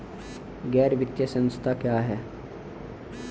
गैर वित्तीय संस्था क्या है?